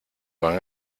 van